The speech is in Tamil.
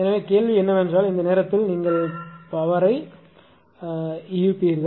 எனவே கேள்வி என்னவென்றால் இந்த நேரத்தில் நீங்கள் பவரை ஈர்ப்பீர்கள்